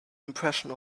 impression